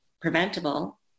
preventable